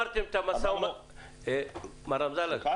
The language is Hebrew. הפגיעה שלנו כרגע היא 100%. ארקיע כרגע לא טסה.